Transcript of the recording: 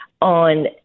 on